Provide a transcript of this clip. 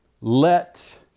Let